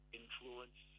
influence